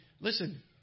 Listen